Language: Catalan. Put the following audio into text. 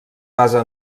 basa